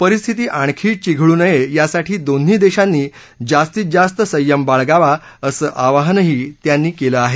परिस्थिती आणखी चिघळू नये यासाठी दोन्ही देशांनी जास्तीत जास्त संयम बाळगावा असं आवाहनही त्यांनी केलं आहे